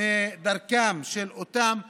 מדרכם של אותם "יזמים",